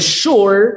sure